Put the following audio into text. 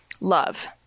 love